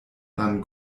nan